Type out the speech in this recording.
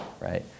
right